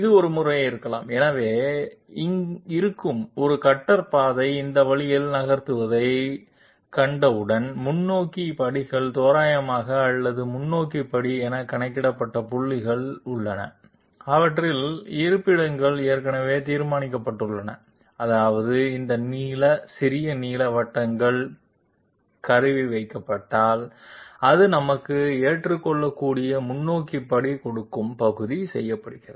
ஒரு முறை இருக்கலாம் ஏற்கனவே இருக்கும் ஒரு கட்டர் பாதை இந்த வழியில் நகர்வதைக் கண்டவுடன் முன்னோக்கி படிகள் தோராயமாக அல்லது முன்னோக்கி படி என கணக்கிடப்பட்ட புள்ளிகள் உள்ளன அவற்றின் இருப்பிடங்கள் ஏற்கனவே தீர்மானிக்கப்பட்டுள்ளன அதாவது இந்த நீல சிறிய நீல வட்டங்கள் கருவி வைக்கப்பட்டால் அது நமக்கு ஏற்றுக்கொள்ளக்கூடிய முன்னோக்கி படிகள் கொடுக்கும் பகுதி செய்யப்படுகிறது